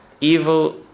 evil